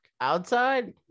outside